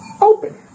Open